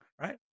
Right